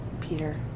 Peter